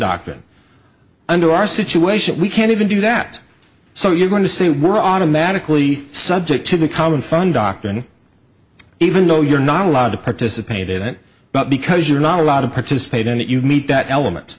doctrine under our situation we can't even do that so you're going to see we're automatically subject to the common fund doctoring even though you're not allowed to participate in it but because you're not allowed to participate in it you meet that element